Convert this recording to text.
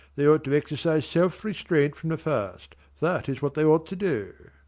they ought to exercise self-restraint from the first that is what they ought to do.